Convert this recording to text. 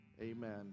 amen